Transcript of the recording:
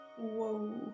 Whoa